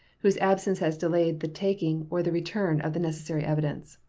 whose absence has delayed the taking or the return of the necessary evidence.